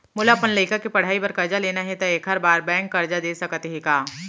मोला अपन लइका के पढ़ई बर करजा लेना हे, त एखर बार बैंक करजा दे सकत हे का?